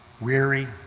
weary